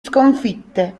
sconfitte